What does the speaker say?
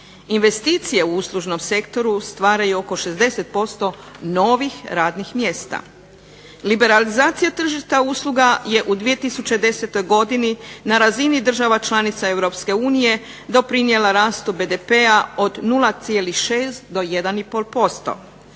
investicije u uslužnom sektoru stvaraju oko 60% novih radnih mjesta. Liberalizacija tržišta usluga je u 2010. godini na razini država članica EU doprinijela rastu BDP-a od 0,6 do 1,5%,